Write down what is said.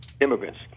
immigrants